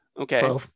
Okay